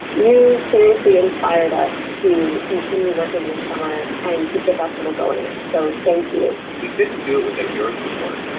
you seriously inspired us to continue working this summer and keep the festival going, so thank you. we couldn't do it without your support.